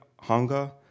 hunger